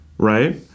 Right